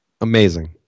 Amazing